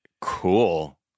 cool